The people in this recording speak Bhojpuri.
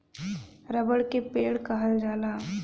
रबड़ के पेड़ कहल जाला